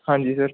ਹਾਂਜੀ ਸਰ